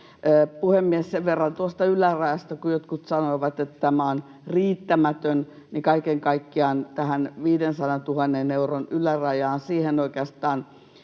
Puhemies! Sen verran tuosta ylärajasta, kun jotkut sanoivat, että tämä on riittämätön: Kaiken kaikkiaan tämä 500 000 euron yläraja kattaa